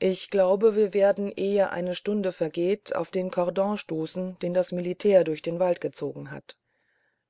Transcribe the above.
ich glaube wir werden ehe eine stunde vergeht auf den kordon stoßen den das militär durch den wald gezogen hat